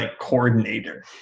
coordinator